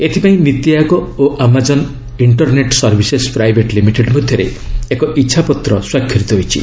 ଏଥିପାଇଁ ନୀତିଆୟୋଗ ଓ Amazon internet services private limited ମଧ୍ୟରେ ଏକ ଇଚ୍ଛାପତ୍ର ସ୍ୱାକ୍ଷରିତ ହୋଇଛି